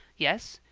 yes,